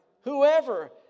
whoever